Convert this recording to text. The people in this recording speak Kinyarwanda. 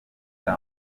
bwa